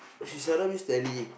she seldom use Tele